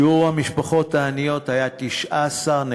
שיעור המשפחות העניות היה 19.9%,